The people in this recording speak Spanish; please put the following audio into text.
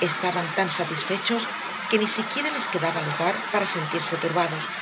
estaban tan satisfechos que ni siquiera les quedaba lugar para sentirse turbados